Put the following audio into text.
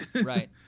Right